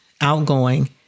outgoing